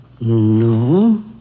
No